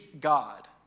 God